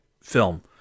film